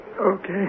Okay